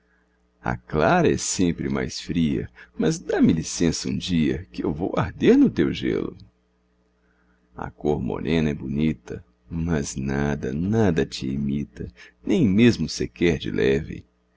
clara é sempre mais fria mas dá-me licença um dia que eu vou arder no teu gelo a cor morena é bonita mas nada nada te imita nem mesmo sequer de leve